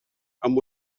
amb